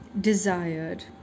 desired